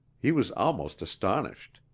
he was almost astonished.